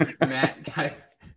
Matt